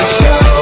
show